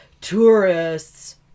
Tourists